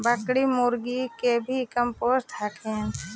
बकरीया, मुर्गीया के भी कमपोसत हखिन?